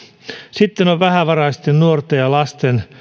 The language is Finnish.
sitten on vähävaraisten nuorten ja lasten